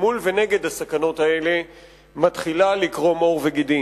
מול ונגד הסכנות האלה מתחילות לקרום עור וגידים.